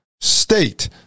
State